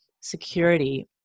security